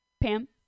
Pam